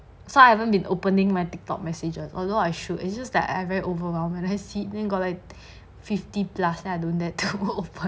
so I haven't been opening my TikTok messages although I should it's just that I very overwhelm and then I see then got like fifty plus then I don't dare to open